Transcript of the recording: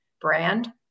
brand